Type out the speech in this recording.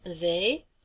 They